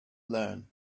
learn